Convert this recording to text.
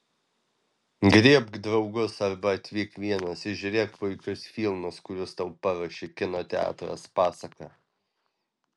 griebk draugus arba atvyk vienas ir žiūrėk puikius filmus kuriuos tau paruošė kino teatras pasaka